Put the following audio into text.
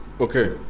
Okay